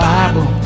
Bible